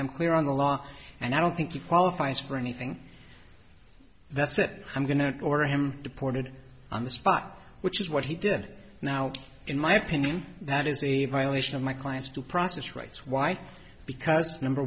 i'm clear on the law and i don't think you qualifies for anything that's it i'm going to order him deported on the spot which is what he did now in my opinion that is a violation of my client's due process rights why because number